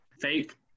fake